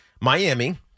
Miami